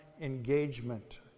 engagement